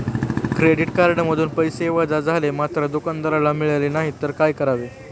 Credit कार्डमधून पैसे वजा झाले मात्र दुकानदाराला मिळाले नाहीत तर काय करावे?